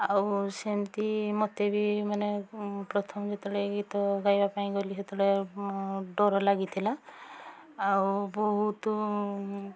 ଆଉ ସେମିତି ମୋତେ ବି ମାନେ ପ୍ରଥମେ ଯେତେବେଳେ ଗୀତ ଗାଇବାପାଇଁ ଗଲି ସେତେବେଳେ ଡର ଲାଗିଥିଲା ଆଉ ବହୁତ